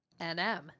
Nm